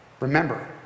Remember